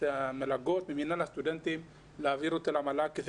המלגות ממנהל הסטודנטים ולהעביר אותן למל"ג.